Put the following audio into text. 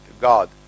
God